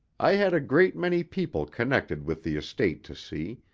i had a great many people connected with the estate to see,